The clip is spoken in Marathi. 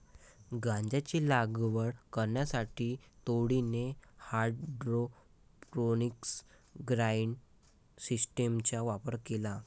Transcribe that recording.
गांजाची लागवड करण्यासाठी टोळीने हायड्रोपोनिक्स ग्रोइंग सिस्टीमचा वापर केला